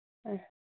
ആ